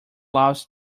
loves